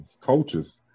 coaches